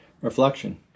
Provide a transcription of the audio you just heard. Reflection